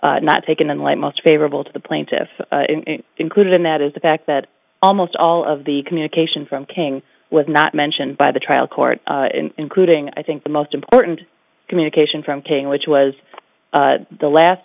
not taken in light most favorable to the plaintiffs in included in that is the fact that almost all of the communication from king was not mentioned by the trial court including i think the most important communication from king which was the last